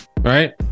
Right